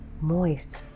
moist